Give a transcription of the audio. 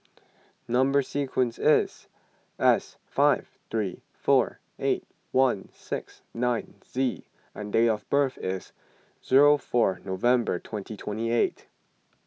Number Sequence is S five three four eight one six nine Z and date of birth is zero four November twenty twenty eight